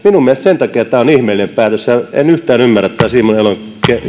mielestäni sen takia tämä on niin ihmeellinen päätös en yhtään ymmärrä tätä simon elon